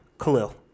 Khalil